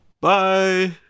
Bye